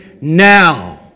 now